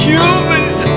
Humans